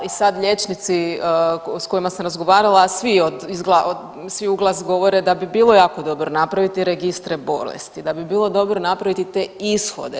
I sad liječnici sa kojima sam razgovarala svi u glas govore da bi bilo jako dobro napraviti registre bolesti, da bi bilo dobro napraviti te ishode.